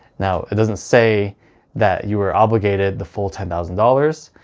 now it doesn't say that you were obligated the full ten thousand dollars.